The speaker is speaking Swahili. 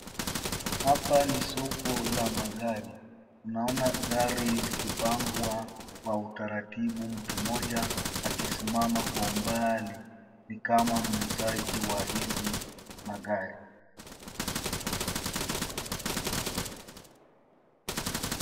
Hapa ni soko la magari. Tunaona gari zikipagwa kwa utaratibu mtu mmoja akisimama kwa umbali ni kama muuzaji wa hizi magari.